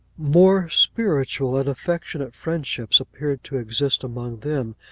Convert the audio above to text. more spiritual and affectionate friendships appeared to exist among them,